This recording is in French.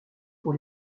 pour